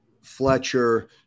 Fletcher